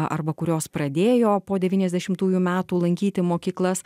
arba kurios pradėjo po devyniasdešimųjų metų lankyti mokyklas